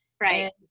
Right